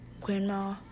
grandma